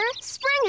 Spring